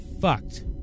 Fucked